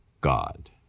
God